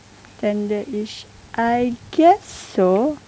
standardish I guess so